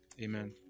Amen